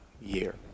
year